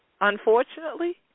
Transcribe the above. unfortunately